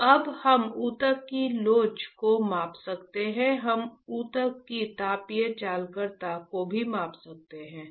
तो अब हम ऊतक की लोच को माप सकते हैं हम ऊतक की तापीय चालकता को भी माप सकते हैं